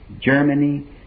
Germany